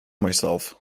myself